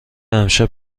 امشب